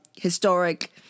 historic